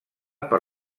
per